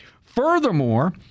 Furthermore